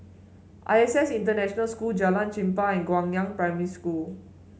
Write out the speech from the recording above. I S S International School Jalan Chempah and Guangyang Primary School